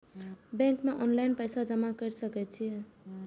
Bank में online पैसा जमा कर सके छीये?